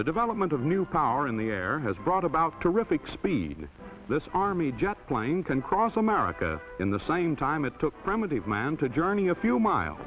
the development of new power in the air has brought about terrific speed this army jet plane can cross america in the same time it took primitive man to journey a few miles